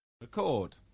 Record